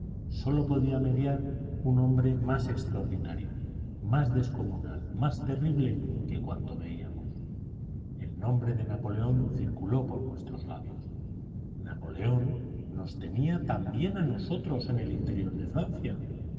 sólo podía mediar un hombre más extraordinario más descomunal más terrible que cuanto veíamos el nombre de napoleón circuló por nuestros labios napoleón nos tenía también a nosotros en el interior de francia